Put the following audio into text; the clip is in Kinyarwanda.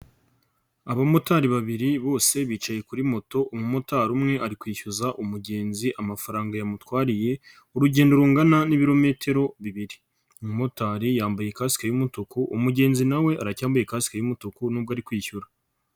Abamotari babiri bose bicaye kuri moto, umumotari umwe ari kwishyuza umugenzi amafaranga yamutwariye, urugendo rungana n'ibirometero bibiri. Umumotari yambaye kasike y'umutuku, umugenzi nawe aracyambaye ikasike y'umutuku nubwo ari kwishyura.